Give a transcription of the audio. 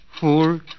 four